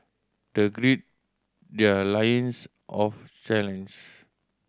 they greed their loins of challenge